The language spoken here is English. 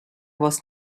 was